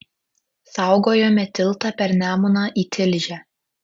saugojome tiltą per nemuną į tilžę